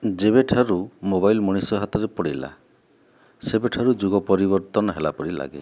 ଯେବେଠାରୁ ମୋବାଇଲ ମଣିଷ ହାତରେ ପଡ଼ିଲା ସେବେଠାରୁ ଯୁଗ ପରିବର୍ତ୍ତନ ହେଲା ପରି ଲାଗେ